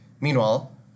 meanwhile